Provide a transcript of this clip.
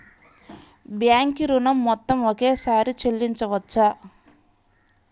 Bank ఋణం మొత్తము ఒకేసారి చెల్లించవచ్చా?